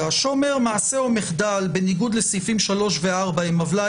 שאומר: מעשה או מחדל בניגוד לסעיפים 3 ו-4 הם עוולה